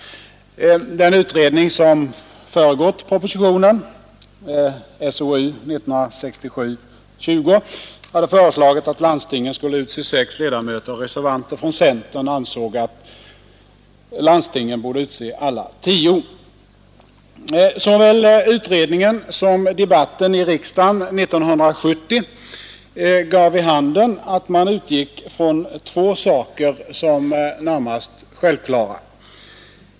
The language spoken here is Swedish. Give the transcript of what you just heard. Den utredning som föregått propositionen — SOU 1967:20 — hade föreslagit att landstingen skulle utse sex ledamöter, och reservanter från centern ansåg att landstingen borde utse alla tio. Såväl utredningen som debatten i riksdagen 1970 gav vid handen att man utgick från två saker som närmast självklara.